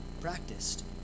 practiced